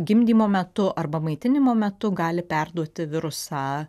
gimdymo metu arba maitinimo metu gali perduoti virusą